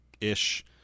ish